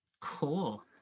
Cool